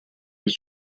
was